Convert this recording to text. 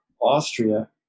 Austria